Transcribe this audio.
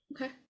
Okay